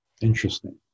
Interesting